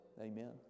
amen